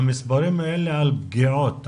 המספרים האלה הם על פגיעות,